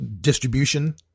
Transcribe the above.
distribution